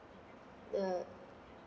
uh